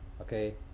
okay